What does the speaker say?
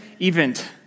event